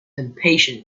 impatient